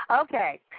Okay